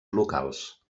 locals